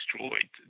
destroyed